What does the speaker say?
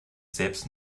selbst